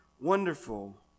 wonderful